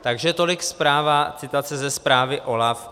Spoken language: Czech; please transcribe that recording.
Takže tolik zpráva, citace ze zprávy OLAFu.